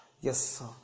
Yes